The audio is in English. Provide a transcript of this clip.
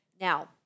Now